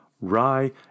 rye